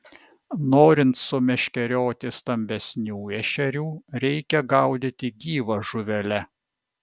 norint sumeškerioti stambesnių ešerių reikia gaudyti gyva žuvele